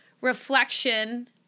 reflection